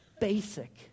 basic